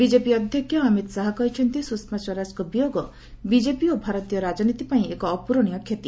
BJP ଅଧ୍ୟକ୍ଷ ଅମିତ ଶାହା କହିଛନ୍ତି ସ୍ୱଷମା ସ୍ୱରାଜଙ୍କ ବିୟୋଗ ବିଜେପି ଓ ଭାରତୀୟ ରାଜନୀତି ପାଇଁ ଏକ ଅପୂରଣୀୟ କ୍ଷତି